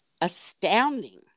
astounding